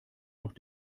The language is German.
noch